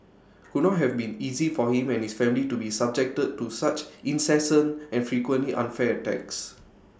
could not have been easy for him and his family to be subjected to such incessant and frequently unfair attacks